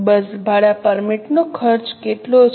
બસ ભાડા પરમિટનો ખર્ચ કેટલો છે